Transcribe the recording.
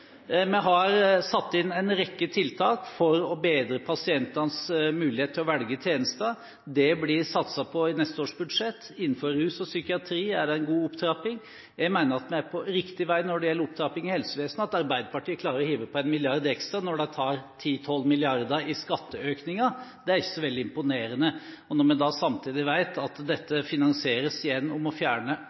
Vi har satt inn en rekke tiltak for å bedre pasientenes mulighet til å velge tjenester. Det blir satset på dette i neste års budsjett. Innenfor rus og psykiatri er det en god opptrapping. Jeg mener at vi er på riktig vei når det gjelder opptrapping i helsevesenet. At Arbeiderpartiet klarer å hive på en milliard kroner ekstra når de tar inn 10–12 mrd. kr i skatteøkninger, er ikke så veldig imponerende. Når vi samtidig vet at dette finansieres gjennom å fjerne